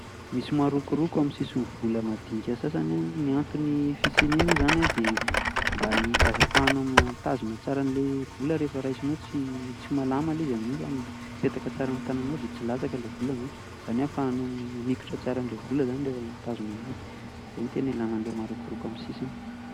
Misy marokoroko eo amin'ny sisin'ny vola madinika sasany an, ny anton'ny fisian'iiny moa izany an dia mba ahafahanao mitazona tsara an'ilay vola rehefa raisinao tsy malama ilay izy amin'iny fa mipetaka tsara amin'ny tananao de tsy latsaka le vola amin'iny. Izany hoe ahafahanao mamikotra tsara an'ilay vola izany rehefa mitazona an'azy, izay no tena ilàna ilay marokoroko amin'ny sisiny.